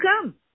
come